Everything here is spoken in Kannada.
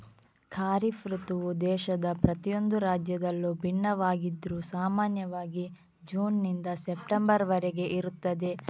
ಖಾರಿಫ್ ಋತುವು ದೇಶದ ಪ್ರತಿಯೊಂದು ರಾಜ್ಯದಲ್ಲೂ ಭಿನ್ನವಾಗಿದ್ರೂ ಸಾಮಾನ್ಯವಾಗಿ ಜೂನ್ ನಿಂದ ಸೆಪ್ಟೆಂಬರ್ ವರೆಗೆ ಇರುತ್ತದೆ